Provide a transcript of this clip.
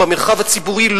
במרחב הציבורי,